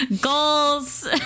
Goals